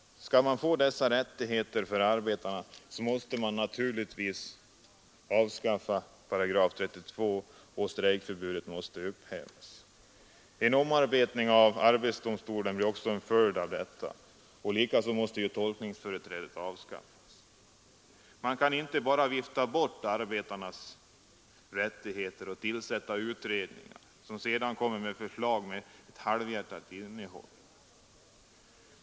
Skall man få dessa rättigheter för arbetarna, måste man naturligtvis avskaffa §32 och strejkförbudet måste upphävas. En omarbetning av arbetsdomstolen blir också en följd av detta. Likaså måste tolkningsföreträdet avskaffas. Man kan inte bara vifta bort arbetarnas rättigheter med att tillsätta utredningar, som sedan kommer med förslag med halvhjärtat innehåll.